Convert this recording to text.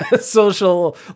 social